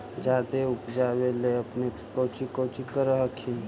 जादे उपजाबे ले अपने कौची कौची कर हखिन?